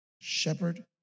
Shepherd